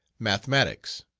mathematics.